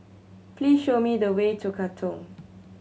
please show me the way to Katong